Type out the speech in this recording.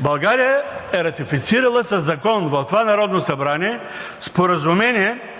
България е ратифицирала със Закон в това Народно събрание Споразумение